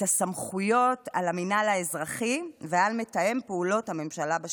את הסמכויות על המינהל האזרחי ועל מתאם פעולות הממשלה בשטחים.